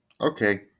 okay